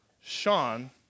Sean